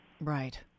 Right